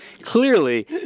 clearly